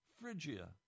Phrygia